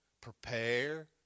prepare